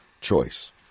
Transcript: choice